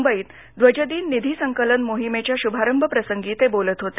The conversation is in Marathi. मुंबईत ध्वजदिन निधी संकलन मोहिमेच्या शुभारंभ प्रसंगी ते बोलत होते